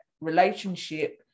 relationship